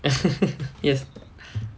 yes